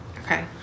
Okay